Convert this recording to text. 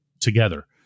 together